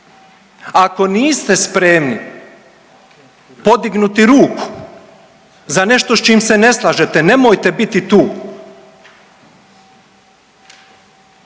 Ako niste spremni podignuti ruku za nešto s čim se ne slažete nemojte biti tu,